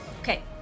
Okay